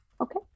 okay